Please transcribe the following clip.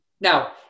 now